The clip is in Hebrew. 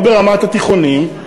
לא ברמת התיאטראות,